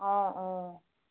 অঁ অঁ